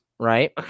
Right